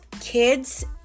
kids